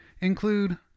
include